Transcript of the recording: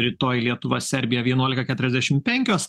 rytoj lietuva serbija vienuolika keturiasdešim penkios